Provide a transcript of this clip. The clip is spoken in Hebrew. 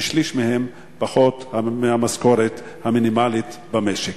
ששליש מהם מרוויח פחות מהמשכורת המינימלית במשק.